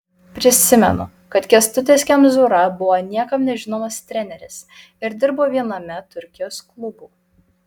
prisimenu kad kęstutis kemzūra buvo niekam nežinomas treneris ir dirbo viename turkijos klubų